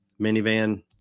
minivan